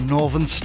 Northern